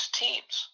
teams